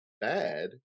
bad